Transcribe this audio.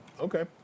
Okay